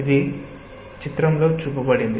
ఇది చిత్రంలో చూపబడింది